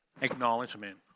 acknowledgement